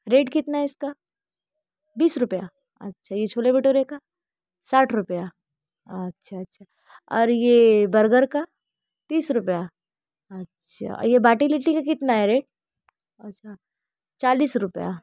rate कितना है इसका बीस रुपये अच्छा ये छोले भटोरे का साठ रुपये अच्छा अच्छा और ये बर्गर का तीस रुपये अच्छा ये बाटी लिट्टी का कितना है रेट अच्छा चालीस रुपये